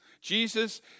Jesus